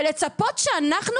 ולצפות שאנחנו,